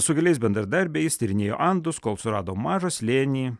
su keliais bendradarbiais tyrinėjo andus kol surado mažą slėnį